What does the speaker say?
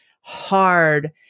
hard